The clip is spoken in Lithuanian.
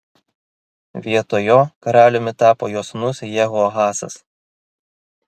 vietoj jo karaliumi tapo jo sūnus jehoahazas